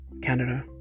Canada